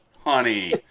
Honey